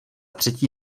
třetí